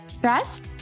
Dress